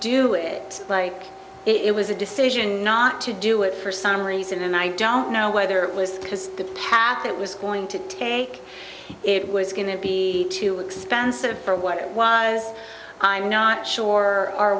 do it like it was a decision not to do it for some reason and i don't know whether it was because the path that was going to take it was going to be too expensive for what it was i'm not sure are